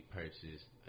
purchased